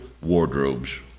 wardrobes